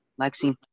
Lexi